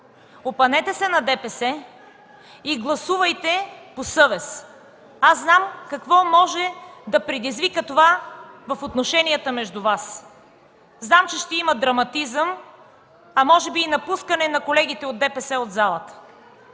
опънете се на ДПС и гласувайте по съвет. Аз знам какво може да предизвика това в отношенията между Вас. Знам, че ще има драматизъм, а може би и напускане на залата от колегите